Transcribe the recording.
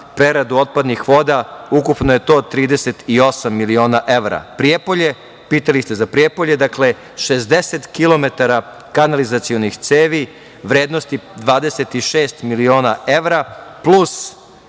preradu otpadnih voda, ukupno je to 38 miliona evra. Prijepolje, pitali ste za Prijepolje. Dakle, 60 kilometara kanalizacionih cevi vrednosti 26 miliona evra, plus